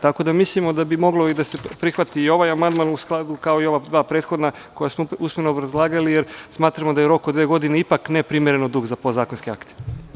Tako da mislimo da biste mogli da prihvatite i ovaj amandman u skladu, kao i ova dva prethodna koja smo usmeno obrazlagali, jer smatramo da je rok od dve godine ipak neprimereno dug za podzakonske akte.